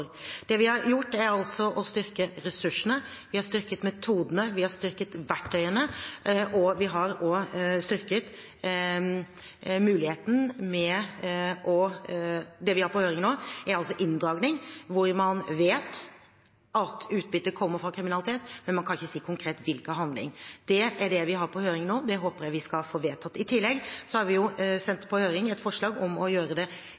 Det vi har gjort, er altså å styrke ressursene, vi har styrket metodene, vi har styrket verktøyene. Og det vi har på høring nå, er altså inndragning der man vet at utbyttet kommer fra kriminalitet, men der man ikke konkret kan si fra hvilken handling. Det er det vi har på høring nå, og det håper jeg vi skal få vedtatt. I tillegg har vi sendt på høring et forslag om å gjøre det